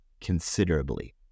Considerably